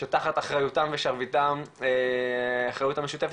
שתחת אחריותם ושרביטם האחריות המשותפת